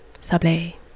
Sable